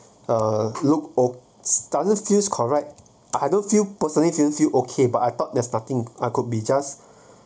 uh look or doesn't feels correct I don't feel personally feel feel okay but I thought they're starting I could be just